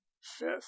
fifth